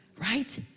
right